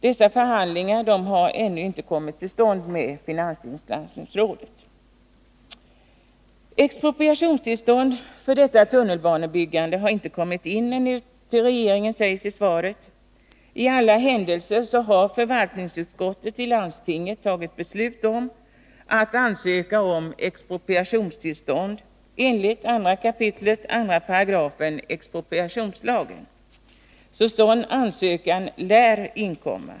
Dessa förhandlingar med finanslandstingsrådet har ännu inte kommit till stånd. Det framhålls i svaret att expropriationstillstånd för detta tunnelbanebyggande ännu inte har kommit in till regeringen. I alla händelser har förvaltningsutskottet i landstinget fattat beslut om att ansöka om expropriationstillstånd enligt 2 kap. 2 § expropriationslagen. Sådan ansökan lär alltså komma.